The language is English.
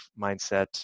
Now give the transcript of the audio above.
mindset